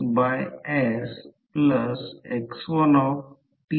5 म्हणजे 17 सेंटीमीटर असेल आणि हि मिन लेंथ आधीच दिलेली आहे